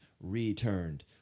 returned